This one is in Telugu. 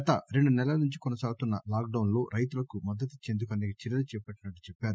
గత రెండు నెలల నుంచి కొనసాగుతున్న లాక్ డౌన్ లో రైతులకు మద్దతిచ్చేందుకు అసేక చర్యలు చేపట్టినట్లు చెప్పారు